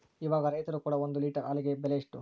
ಇವಾಗ ರೈತರು ಕೊಡೊ ಒಂದು ಲೇಟರ್ ಹಾಲಿಗೆ ಬೆಲೆ ಎಷ್ಟು?